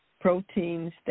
proteins